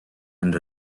and